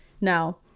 Now